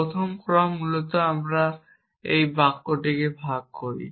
প্রথম ক্রম যুক্তিতে আমরা একটি বাক্যকে ভাগে ভাগ করি